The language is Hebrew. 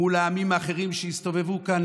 מול העמים האחרים שהסתובבו כאן,